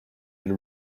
been